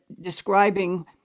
describing